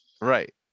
Right